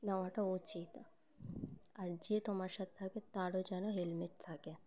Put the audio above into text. নেওয়াটা উচিত আর যে তোমার সাথে থাকে তারও যেন হেলমেট থাকে